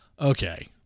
okay